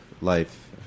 life